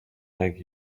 like